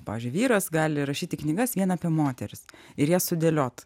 pavyzdžiui vyras gali rašyti knygas vien apie moteris ir jas sudėliot